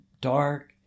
dark